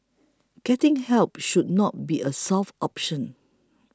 getting help should not be a soft option